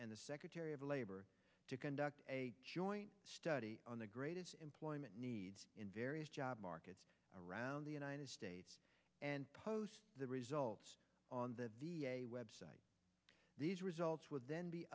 and the secretary of labor to conduct joint study on the great employment needs in various job markets around the united states and post the results on the website these results would then be